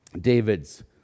David's